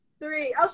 three